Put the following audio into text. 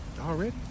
Already